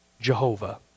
Jehovah